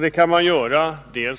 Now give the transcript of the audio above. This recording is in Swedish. Det kan man framför allt göra